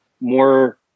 more